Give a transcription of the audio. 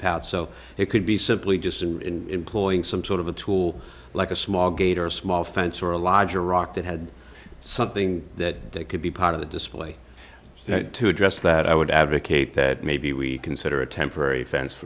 path so it could be simply just in cloying some sort of a tool like a small gate or small fence or a larger rock that had something that they could be part of the display to address that i would advocate that maybe we consider a temporary fence